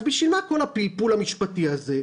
אז לשם מה כל הפלפול המשפטי הזה?